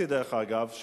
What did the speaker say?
דרך אגב,